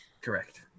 Correct